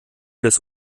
des